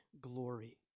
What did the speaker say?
glory